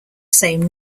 same